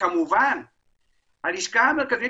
הלשכה המרכזית